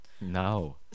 No